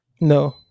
No